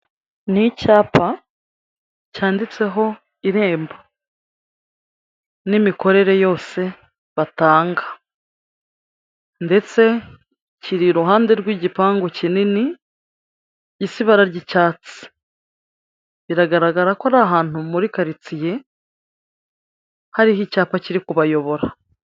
Ni icyapa cyanditseho Irembo n'imikorere yose batanga ndetse kiri iruhande rw'igipangu kinini gisi ibara ry'icyatsi, biragaragara ko ari ahantu muri karitsiye, hariho icyapa kiri kubayobora.